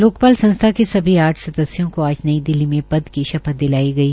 लोकपाल संस्था के सभी आठ सदस्यों को आज नई दिल्ली में पदक की शपथ दिलाई गई